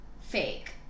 fake